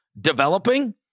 developing